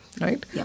right